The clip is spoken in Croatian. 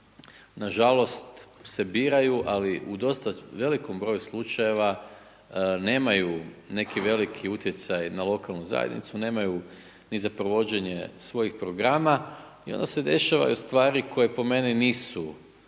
na žalost se biraju ali u dosta velikom broju slučajeva nemaju neki veliki utjecaj na lokalnu zajednicu, nemaju ni za provođenje svojih programa, i onda se dešavaju stvari koje po meni nisu